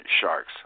sharks